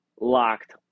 LOCKED